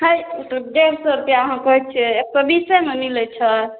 हइ ई तऽ डेढ़ सए रुपैआ अहाँ कहै छियै एक सए बीसेमे मिलै छै